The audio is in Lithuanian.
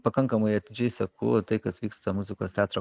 pakankamai atidžiai seku tai kas vyksta muzikos teatro